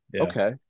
okay